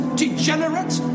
degenerate